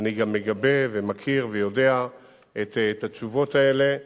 ואני גם מגבה ומכיר ויודע את התשובות האלה,